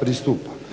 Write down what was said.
pristupa.